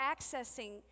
accessing